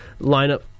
lineup